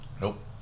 Nope